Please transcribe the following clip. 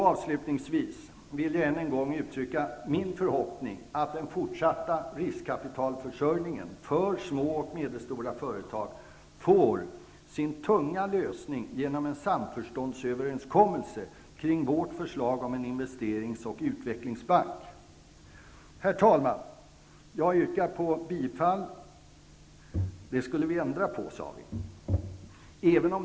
Avslutningsvis vill jag än en gång uttrycka min förhoppning om att den fortsatta riskkapitalförsörjningen för små och medelstora företag får sin ''tunga'' lösning genom en samförståndsöverenskommelse kring vårt förslag om en investerings och utvecklingsbank. Herr talman!